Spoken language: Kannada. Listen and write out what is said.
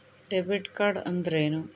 ಡೆಬಿಟ್ ಕಾರ್ಡ್ ಅಂದ್ರೇನು?